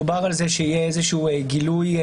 דובר על זה שיהיה איזשהו גילוי,